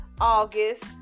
August